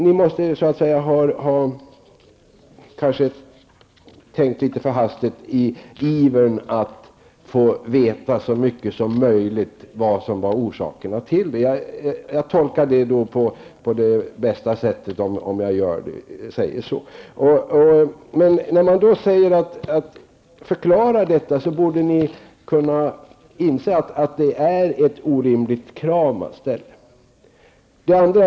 Ni måste ha tänkt litet för hastigt i ivern att få veta så mycket som möjligt om orsakerna. Jag har då tolkat Ny Demokratis avsikter på bästa sätt. Efter att ha fått en förklaring borde ni inse att ni ställer ett orimligt krav. Fru talman!